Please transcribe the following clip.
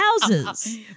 houses